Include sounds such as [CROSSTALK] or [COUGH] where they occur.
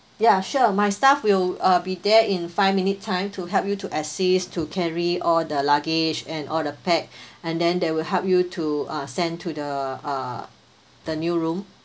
ya sure my staff will uh be there in five minute time to help you to assist to carry all the luggage and all the pack [BREATH] and then they will help you to uh send to the uh the new room